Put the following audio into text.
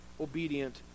obedient